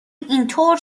اینطور